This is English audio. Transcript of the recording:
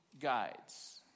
guides